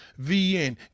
vn